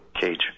cage